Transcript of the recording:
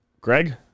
greg